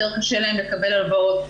יותר קשה להן לקבל הלוואות.